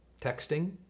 texting